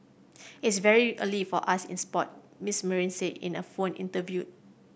it's very early for us in sport Mister Marine said in a phone interview